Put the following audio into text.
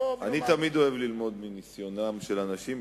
אני תמיד אוהב ללמוד מניסיונם של אנשים,